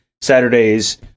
Saturday's